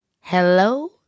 Hello